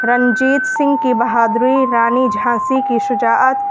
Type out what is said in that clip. رنجیت سنگھ کی بہادری رانی جھانسی کی شجاعت